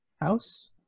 house